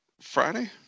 Friday